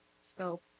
scope